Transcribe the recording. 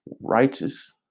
righteous